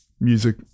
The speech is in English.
music